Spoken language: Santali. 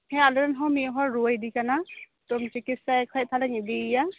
ᱦᱮᱸ ᱟᱞᱮᱨᱮᱱᱦᱚᱸ ᱢᱤᱫᱦᱚᱲ ᱨᱩᱣᱟᱹᱭᱮᱫᱮ ᱠᱟᱱᱟ ᱛᱚᱢ ᱪᱤᱠᱤᱪᱪᱷᱟᱭᱮ ᱠᱷᱟᱱ ᱤᱱ ᱤᱫᱤᱭᱮᱭᱟ